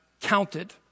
counted